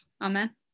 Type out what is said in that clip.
Amen